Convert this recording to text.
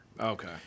Okay